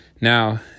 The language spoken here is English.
Now